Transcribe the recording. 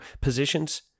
positions